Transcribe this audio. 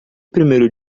primeiro